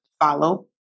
follow